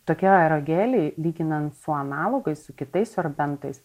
tokie aerogeliai lyginant su analogais su kitais sorbentais